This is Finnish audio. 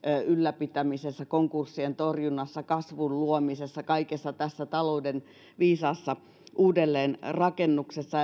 ylläpitämisessä konkurssien torjunnassa kasvun luomisessa kaikessa tässä talouden viisaassa uudelleen rakennuksessa